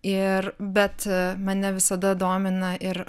ir bet mane visada domina ir